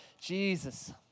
Jesus